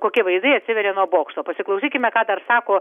kokie vaizdai atsiveria nuo bokšto pasiklausykime ką dar sako